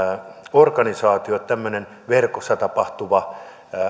organisaatioita tämmöinen verkossa tapahtuva